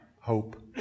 Hope